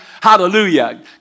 Hallelujah